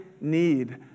need